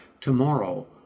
Tomorrow